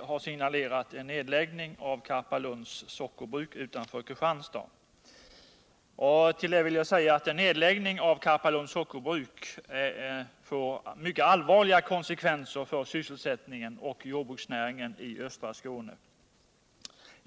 har signalerat en nedläggning av Karpalunds sockerbruk utanför Kristianstad. En nedläggning av Karpalunds sockerbruk får mycket allvarliga konsekvenser för sysselsättningen och jordbruksnäringen i östra Skåne.